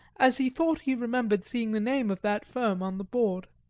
as he thought he remembered seeing the name of that firm on the board.